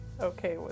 okay